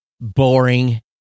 boring